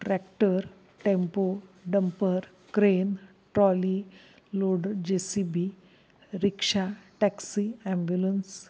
tractor tempo dumper crane trolley load J C B rickshaw taxi ambulance